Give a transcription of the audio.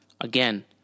Again